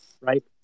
Right